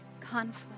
conflict